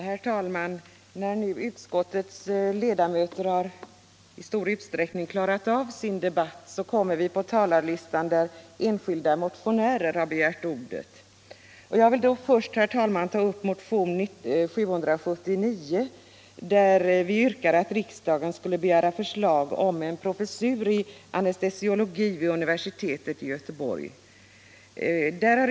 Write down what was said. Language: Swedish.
Herr talman! När utskottets ledamöter nu i stort sett har klarat av sin debatt kommer turen till de enskilda motionärer som begärt ordet. Jag vill först ta upp motionen 779, där vi yrkar att riksdagen skall begära förslag om en professur i anestesiologi vid universitetet i Göteborg.